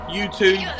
YouTube